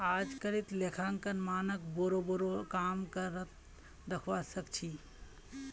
अजकालित लेखांकन मानकक बोरो बोरो काम कर त दखवा सख छि